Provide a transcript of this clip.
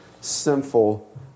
sinful